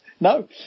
No